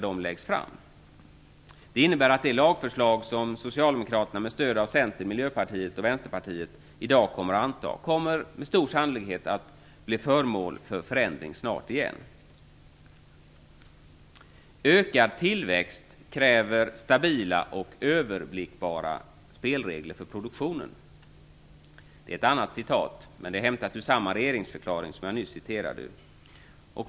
Det innebär att det lagförslag som Socialdemokraterna med stöd av Centern, Miljöpartiet och Vänsterpartiet i dag kommer att anta med stor sannolikhet kommer att bli föremål för förändring snart igen. "Ökad tillväxt kräver stabila och överblickbara spelregler för produktionen." Detta citat är hämtat från samma regeringsförklaring som den jag nyss citerade ur.